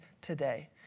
today